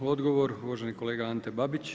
Odgovor uvaženi kolega Ante Babić.